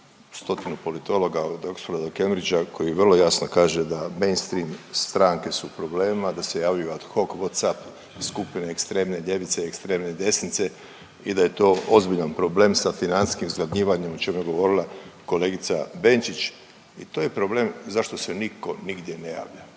stotinu politologa od Oxforda do Cambridgea koji vrlo jasno kaže da mainstream stranke su u problemima, da se javljaju ad hoc, Whatsup skupine ekstremne ljevice, ekstremne desnice i da je to ozbiljan problem sa financijskim izgladnjivanjem o čem je govorila kolegica Benčić i to je problem zašto se nitko nigdje ne javlja